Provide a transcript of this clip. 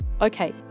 Okay